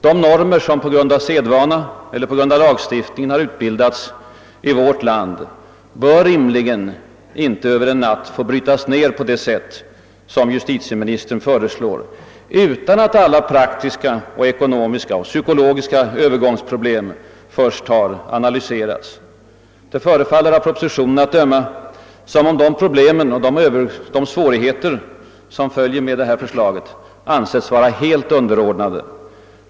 De normer som sedvanerättsligt och på grund av lagstiftning utbildats i vårt land bör inte rimligen få över en natt brytas ned på det sätt som justitieministern föreslår utan att alla praktiska, ekonomiska och psykologiska övergångsproblem först har analyserats. Det förefaller, av propositionen att döma, som om dessa problem och svårigheter ansetts helt underordnade.